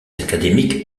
académiques